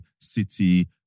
City